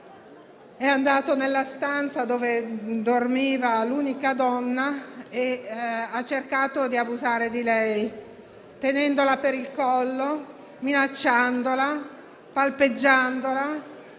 è andato nella stanza dove dormiva l'unica donna e ha cercato di abusare di lei tenendola per il collo, minacciandola, palpeggiandola.